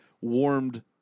Warmed